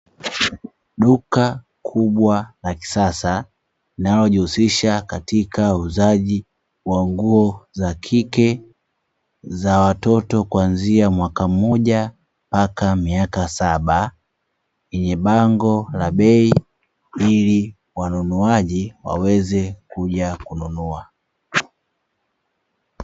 Duka kubwa la kisasa linalojihusisha na uuzaji wa nguo za kike, za watoto kuanzia mwaka mmoja mpaka miaka saba, yenye bango la bei ili wanunuaji waweze kuja kununua.